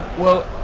well,